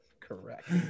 Correct